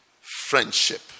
friendship